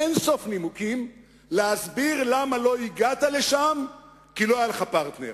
אין-סוף נימוקים להסביר למה לא הגעת לשם כי לא היה לך פרטנר.